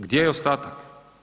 Gdje je ostatak?